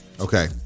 Okay